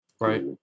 Right